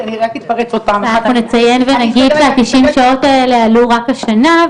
אנחנו נציין ונגיד שהתשעים שעות האלה עלו רק השנה,